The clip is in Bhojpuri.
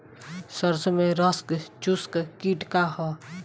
सरसो में रस चुसक किट का ह?